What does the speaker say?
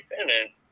independent